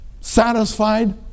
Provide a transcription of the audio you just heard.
satisfied